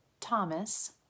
Thomas